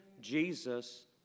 Jesus